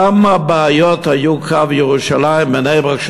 כמה בעיות היו בקו ירושלים בני-ברק,